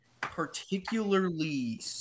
particularly